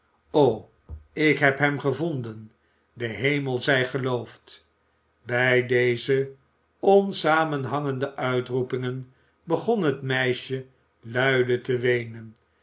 ik heb hem gevonden de hemel zij geloofd bij deze onsamenhangende uitroepingen begon het meisje luide te weenen